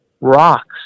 rocks